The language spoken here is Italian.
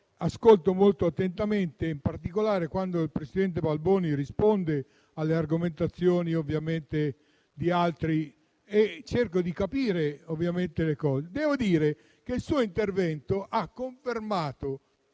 ascolto molto attentamente, in particolare quando il presidente Balboni risponde alle argomentazioni di altri, e cerco di capire. Devo dire che il suo intervento ha confermato